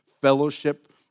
fellowship